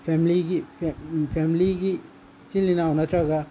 ꯐꯦꯃꯂꯤꯒꯤ ꯏꯆꯤꯜ ꯏꯅꯥꯎ ꯅꯠꯇ꯭ꯔꯒ